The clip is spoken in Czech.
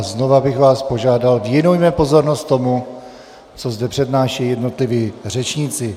Znova bych vás požádal věnujme pozornost tomu, co zde přednášejí jednotliví řečníci.